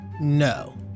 No